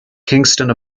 kingston